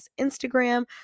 Instagram